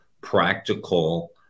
practical